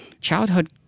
childhood